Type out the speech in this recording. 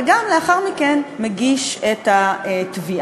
וגם לאחר מכן מגיש את התביעה,